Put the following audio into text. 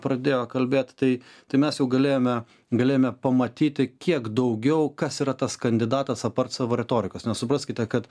pradėjo kalbėt tai tai mes jau galėjome galėjome pamatyti kiek daugiau kas yra tas kandidatas apart savo retorikos nes supraskite kad